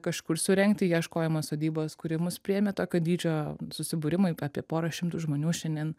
kažkur surengti ieškojimas sodybos kuri mus priėmė tokio dydžio susibūrimui apie porą šimtų žmonių šiandien